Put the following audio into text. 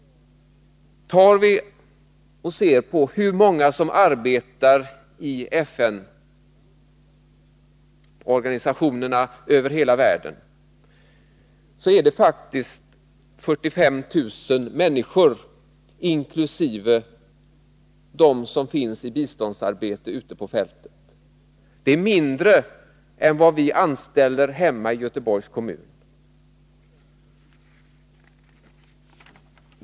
Ser vi på hur många som arbetar i FN-organisationerna över hela världen, finner vi att det är 45 000 människor inkl. de som är i biståndsarbete ute på fältet. Det är mindre än vad vi anställer hemma i Göteborgs kommun.